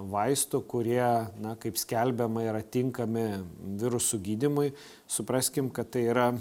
vaistų kurie na kaip skelbiama yra tinkami virusų gydymui supraskim kad tai yra